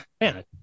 man